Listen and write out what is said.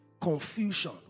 Confusion